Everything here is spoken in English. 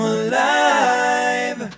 alive